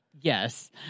Yes